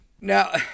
Now